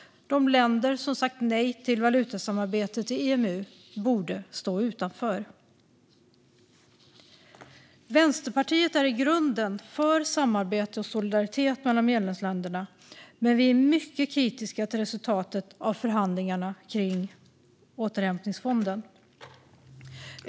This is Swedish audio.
De länder som sagt nej till valutasamarbetet i EMU borde stå utanför. Vänsterpartiet är i grunden för samarbete och solidaritet mellan medlemsländerna, men vi är mycket kritiska till resultatet av förhandlingarna om återhämtningsfonden.